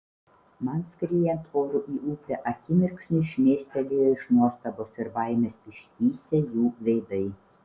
man skriejant oru į upę akimirksniui šmėstelėjo iš nuostabos ir baimės ištįsę jų veidai